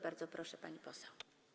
Bardzo proszę, pani poseł.